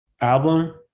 album